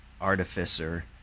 artificer